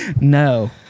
No